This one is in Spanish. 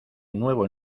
nuevo